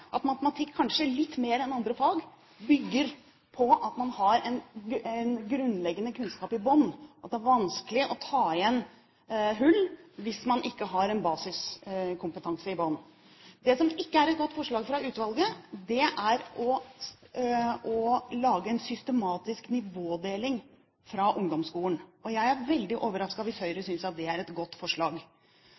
at matematikk kanskje litt mer enn andre fag bygger på at man har en grunnleggende kunnskap i bunnen, at det er vanskelig å ta igjen hull hvis man ikke har en basiskompetanse i bunnen. Det som ikke er et godt forslag fra utvalget, er å lage en systematisk nivådeling fra ungdomsskolen. Jeg er veldig overrasket hvis Høyre synes at det er et godt forslag.